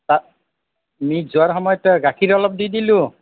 তাত মিক্স হোৱাৰ সময়ত গাখীৰ অলপ দি দিলো